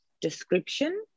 description